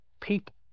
people